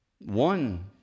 One